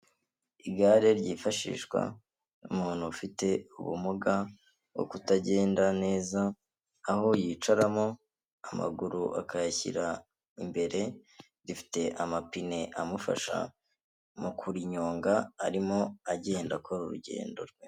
Igare ryifashishwa n'umuntu ufite ubumuga bwo kutagenda neza, aho yicaramo amaguru akayashyira imbere, rifite amapine amufasha mu kurinyonga arimo agenda akora urugendo rwe.